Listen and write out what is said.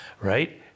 right